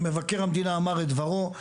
מבקר המדינה אמר את דברו,